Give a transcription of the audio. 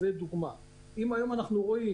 אם היום אנחנו רואים